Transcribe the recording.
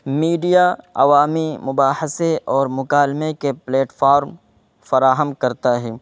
media عوامی مباحثے اور مکالمے کے پلیٹفارم فراہم کرتا ہے